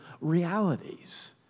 realities